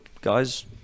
guys